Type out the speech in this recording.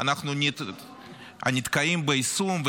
אנחנו נתקעים ביישום,